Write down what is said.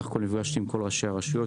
נפגשתי עם כל ראשי הרשויות,